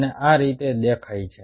અને આ રીતે દેખાય છે